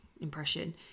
impression